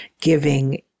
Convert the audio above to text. giving